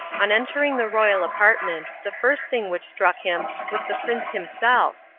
on entering the royal apartment the first thing which struck him was the prince himself,